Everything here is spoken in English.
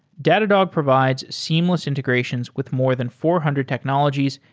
datadog provides seamless integrations with more than four hundred technologies,